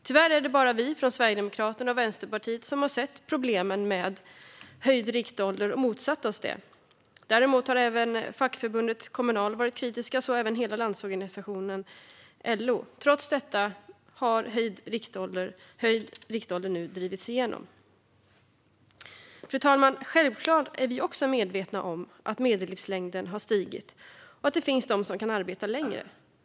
Tyvärr är det bara vi från Sverigedemokraterna och Vänsterpartiet som har sett problemen med höjd riktålder och motsatt oss det. Däremot har fackförbundet Kommunal varit kritiska, så även hela Landsorganisationen, LO. Trots detta har höjd riktålder nu drivits igenom. Fru talman! Självklart är vi medvetna om att medellivslängden har stigit och att det finns de som kan arbeta längre.